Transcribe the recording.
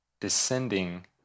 descending